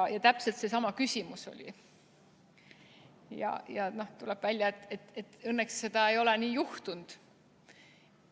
on. Täpselt seesama küsimus oli mul. Aga tuleb välja, et õnneks pole nii juhtunud.